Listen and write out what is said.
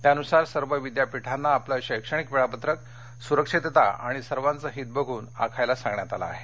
त्यानुसार सर्व विद्यापीठांना आपलं शैक्षणिक वेळापत्रक सुरक्षितता आणि सर्वाचं हित बघून आखायला सांगण्यात आलं आहे